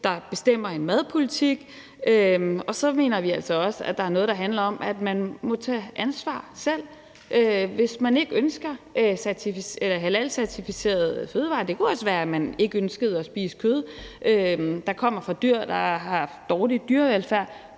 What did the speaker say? der bestemmer en madpolitik. Og så mener vi altså også, at der er noget, der handler om, at man må tage ansvar selv. Hvis ikke man ønsker halalcertificerede fødevarer – og det kunne også være, at man ikke ønskede at spise kød, der kommer fra dyr, der har haft dårlig dyrevelfærd